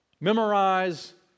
memorize